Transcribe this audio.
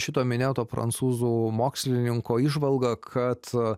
šito minėto prancūzų mokslininko įžvalga kad